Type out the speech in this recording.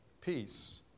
peace